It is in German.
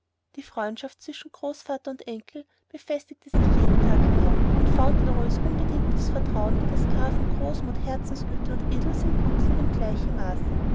die freundschaft zwischen großvater und enkel befestigte sich jeden tag mehr und fauntleroys unbedingtes vertrauen in des grafen großmut herzensgüte und edelsinn wuchs in gleichem maße